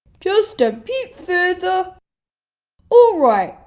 just a bit further alright,